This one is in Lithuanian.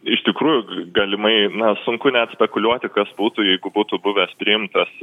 ir iš tikrųjų galimai na sunku net spekuliuoti kas būtų jeigu būtų buvęs priimtas